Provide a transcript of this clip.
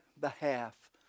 behalf